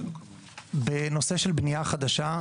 בנושא של בנייה חדשה,